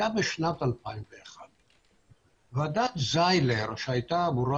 היה בשנת 2001. ועדת זיילר שהייתה אמורה